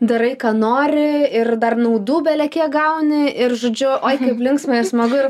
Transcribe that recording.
darai ką nori ir dar naudų bele kiek gauni ir žodžiu oi kaip linksma ir smagu ir